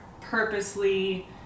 purposely